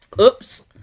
Oops